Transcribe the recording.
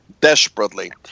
desperately